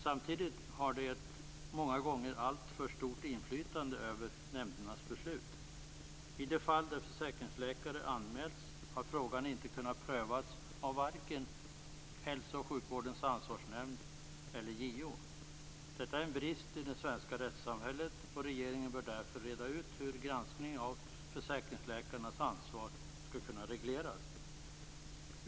Samtidigt har de ett många gånger alltför stort inflytande över nämndernas beslut. I de fall där försäkringsläkare anmälts har frågan inte kunnat prövas av vare sig Hälso och sjukvårdens ansvarsnämnd eller JO. Detta är en brist i det svenska rättssamhället, och regeringen bör därför reda ut hur granskning av försäkringsläkarnas ansvar skulle kunna regleras.